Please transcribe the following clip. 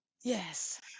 yes